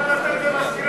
בושה וחרפה.